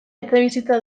etxebizitza